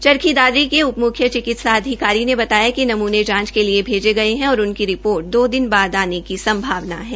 चरखी दादरी के उप म्ख्य चिकित्सा अधिकारी डा चंचल तोमर ने बताया कि नमूने जांच के लिए भेजे गये है और इनकी रिपोर्ट दो दिन बाद आने की संभावना है